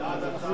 בעד הצעת החוק.